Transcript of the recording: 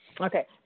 Okay